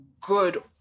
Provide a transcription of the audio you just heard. good